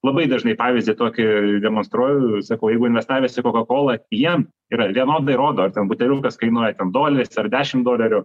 labai dažnai pavyzdį tokį demonstruoju sakau jeigu investavęs į kokakolą jam yra vienodai rodo ar ten buteliukas kainuoja ten doleris ar dešim dolerių